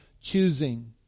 choosing